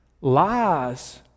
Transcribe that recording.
Lies